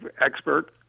expert